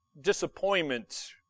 disappointment